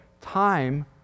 time